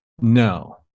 no